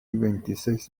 veintiséis